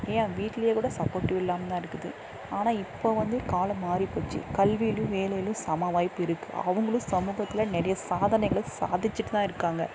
ஏன் வீட்லேயே கூட சப்போட்டிவ் இல்லாமல் தான் இருக்குது ஆனால் இப்போ வந்து காலம் மாறிப்போச்சு கல்வியிலேயும் வேலையிலேயும் சம வாய்ப்பு இருக்கது அவங்களும் சமூகத்தில் நிறைய சாதனைகளை சாதிச்சுட்டு தான் இருக்காங்க